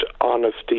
honesty